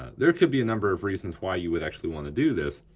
there could be a number of reasons why you would actually wanna do this,